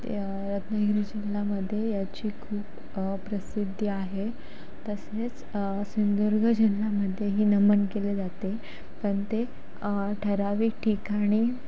ते रत्नागिरी जिल्ह्यामध्ये याची खूप प्रसिद्धी आहे तसेच सिंधुदुर्ग जिल्ह्यामध्येही नमन केले जाते पण ते ठराविक ठिकाणी